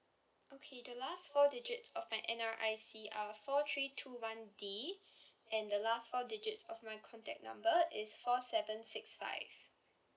okay the last four digits of my N_R_I_C uh four three two one D and the last four digits of my contact number is four seven six five